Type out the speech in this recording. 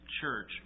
church